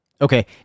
Okay